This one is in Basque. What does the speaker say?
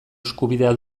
eskubidea